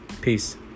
Peace